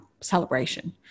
celebration